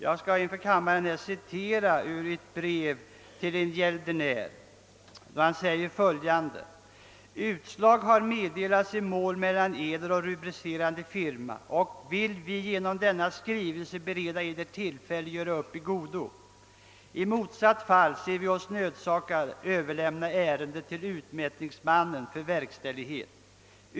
Jag skall här inför kammaren citera ur ett brev till en gäldenär: »Utslag har meddelats i mål mellan Eder och rubr. firma, och vill vi genom denna skrivelse bereda Eder tillfälle att göra upp i godo. I motsatt fall se vi oss nödsakade överlämna ärendet till utmätningsmannen för verkställighet.